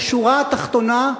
בשורה התחתונה,